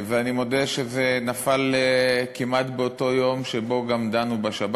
ואני מודה שזה נפל כמעט באותו יום שבו גם דנו בשבת.